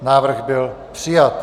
Návrh byl přijat.